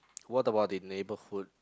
what about the neighborhood